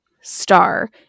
star